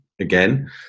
again